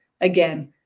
again